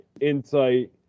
insight